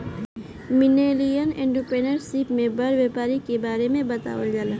millennial entrepreneurship में बड़ व्यापारी के बारे में बतावल जाला